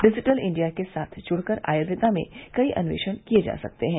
digital India के साथ जुड़ के आयुवेदा में कई अन्वेषण किए जा सकते है